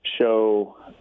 show